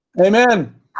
Amen